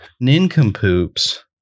nincompoops